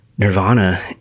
Nirvana